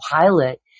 pilot